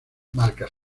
marcas